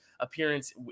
appearance